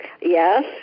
Yes